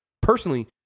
personally